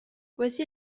voici